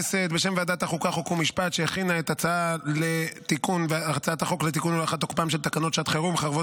הצעת חוק לתיקון ולהארכת תוקפן של תקנות שעת חירום (חרבות